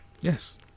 Yes